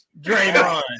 Draymond